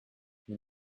ils